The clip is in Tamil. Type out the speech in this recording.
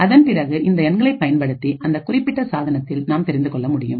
அதன் பிறகு இந்த எண்களை பயன்படுத்தி அந்த குறிப்பிட்ட சாதனத்தை நாம் தெரிந்துகொள்ள முடியும்